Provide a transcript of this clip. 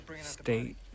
state